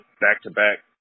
back-to-back